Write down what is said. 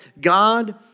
God